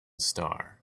star